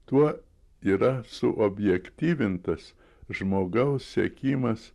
tuo yra suobjektyvintas žmogaus siekimas